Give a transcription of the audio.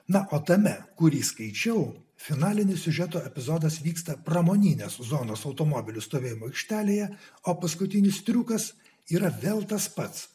na o tame kurį skaičiau finalinį siužeto epizodas vyksta pramoninės zonos automobilių stovėjimo aikštelėje o paskutinis triukas yra vėl tas pats